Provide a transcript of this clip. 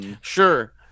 Sure